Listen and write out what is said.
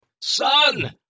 Son